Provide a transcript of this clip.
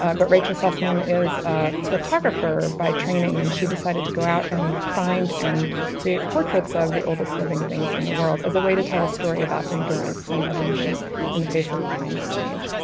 um but rachel sussman is a photographer by training, and she decided to go out and find and create portraits of the oldest living things in the world, as a way to tell a story about endurance and evolution in the face of climate change.